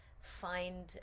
find